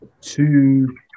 Two